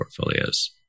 portfolios